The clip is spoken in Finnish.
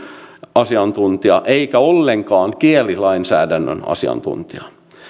asiantuntija eikä ollenkaan kielilainsäädännön asiantuntija